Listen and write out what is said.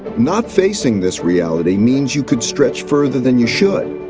not facing this reality means you could stretch further than you should.